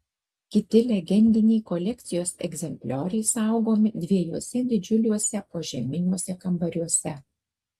kiti legendiniai kolekcijos egzemplioriai saugomi dviejuose didžiuliuose požeminiuose kambariuose